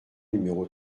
numéro